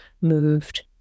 moved